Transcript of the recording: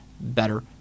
better